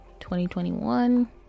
2021